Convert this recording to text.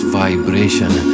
vibration